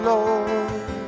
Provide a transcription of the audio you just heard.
Lord